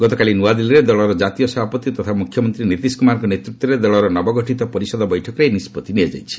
ଗତକାଲି ନୂଆଦିଲ୍ଲୀରେ ଦଳର ଜାତୀୟ ସଭାପତି ତଥା ମୁଖ୍ୟମନ୍ତ୍ରୀ ନୀତିଶ କୁମାରଙ୍କ ନେତୃତ୍ୱରେ ଦଳର ନବଗଠିତ ପରିଷଦ ବୈଠକରେ ଏହି ନିଷ୍କଭି ନିଆଯାଇଛି